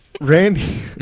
Randy